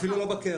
אפילו לא בקרן.